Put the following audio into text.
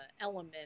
element